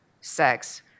sex